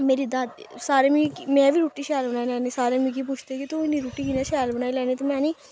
मेरी दादी सारे मिगी में बी रुट्टी शैल बनाई लैन्नी सारे मिगी पुच्छदे कि तू इन्नी रुट्टी कि'यां शैल बनाई लैन्नी ते में आखनी